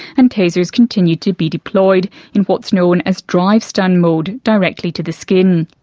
and tasers continue to be deployed in what's known as drive-stun mode, directly to the skin.